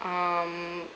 um